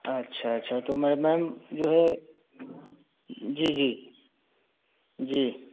अच्छा अच्छा तो मैम मैम जो है जी जी जी